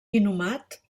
inhumat